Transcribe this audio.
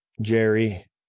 Jerry